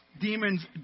demons